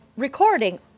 recording